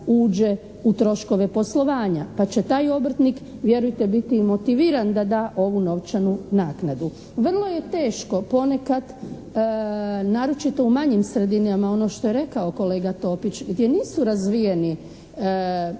uđe u troškove poslovanja pa će taj obrtnik vjerujte biti i motiviran da da ovu novčanu naknadu. Vrlo je teško ponekad naročito u manjim sredinama, ono što je rekao kolega Topić gdje nisu razvijeni